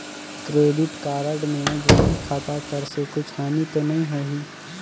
Credit card मे joint खाता कर से कुछ हानि तो नइ होही?